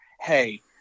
hey